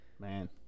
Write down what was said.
man